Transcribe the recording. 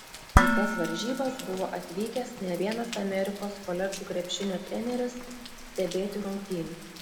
į tas varžybas buvo atvykęs ne vienas amerikos koledžų krepšinio treneris stebėti rungtynių